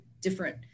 different